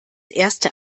erste